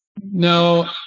No